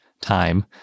time